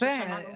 יפה.